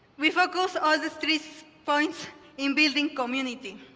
we focus all these three points in building community.